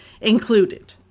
included